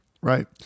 Right